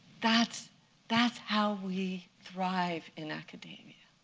that's that's how we thrive in academia.